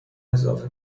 اضافه